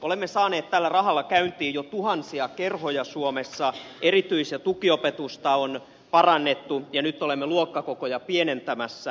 olemme saaneet tällä rahalla käyntiin jo tuhansia kerhoja suomessa erityis ja tukiopetusta on parannettu ja nyt olemme luokkakokoja pienentämässä